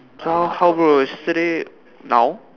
!huh! how bro yesterday now